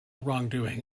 wrongdoing